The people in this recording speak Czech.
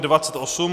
28.